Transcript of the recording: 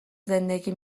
زندگی